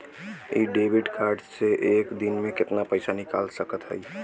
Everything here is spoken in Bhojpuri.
इ डेबिट कार्ड से एक दिन मे कितना पैसा निकाल सकत हई?